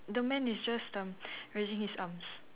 the man is just erm raising his arms